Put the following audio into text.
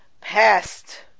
past